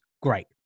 great